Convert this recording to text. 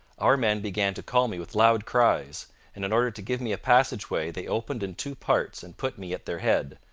our men began to call me with loud cries and in order to give me a passage way they opened in two parts and put me at their head,